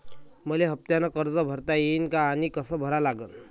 मले हफ्त्यानं कर्ज भरता येईन का आनी कस भरा लागन?